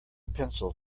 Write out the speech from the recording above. pencil